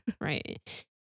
Right